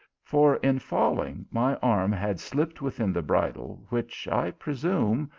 for in falling my arm had slipped within the bridle, which, i presume,